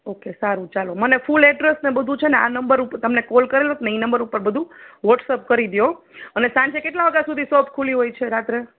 okay સારું ચાલો મને ફૂલ એડ્રેસ ને બધું છે ને આ નંબર ઉપર તમને કૉલ કરેલો ઈ નંબર ઉપર બધું વૉટ્સઅપ કરી દયો અને સાંજે કેટલા વાગા સુધી શોપ ખુલી હોય છે રાત્રે